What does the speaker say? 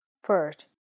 First